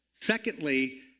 Secondly